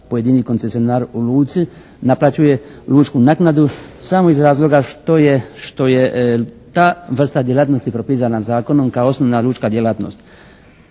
pojedini koncesionar u luci naplaćuje lučku naknadu samo iz razloga što je ta vrsta djelatnosti propisana zakonom kao osnovna lučka djelatnost.